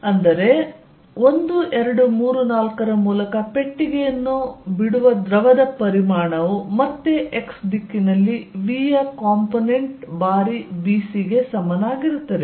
ಆದ್ದರಿಂದ 1 2 3 4 ರ ಮೂಲಕ ಪೆಟ್ಟಿಗೆಯನ್ನು ಬಿಡುವ ದ್ರವದ ಪರಿಮಾಣವು ಮತ್ತೆ x ದಿಕ್ಕಿನಲ್ಲಿ v ಯ ಕಾಂಪೊನೆಂಟ್ ಬಾರಿ 'bc' ಗೆ ಸಮನಾಗಿರುತ್ತದೆ